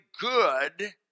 good